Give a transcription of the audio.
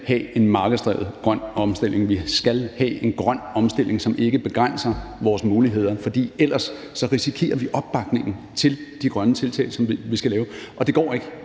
have en markedsdrevet grøn omstilling. Vi skal have en grøn omstilling, som ikke begrænser vores muligheder, for ellers risikerer vi at miste opbakningen til de grønne tiltag, som vi skal lave, og det går ikke.